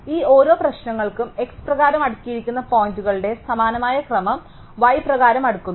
ഈ ഓരോ പ്രശ്നങ്ങളും x പ്രകാരം അടുക്കിയിരിക്കുന്ന പോയിന്റുകളുടെ സമാനമായ ക്രമം y പ്രകാരം അടുക്കുന്നു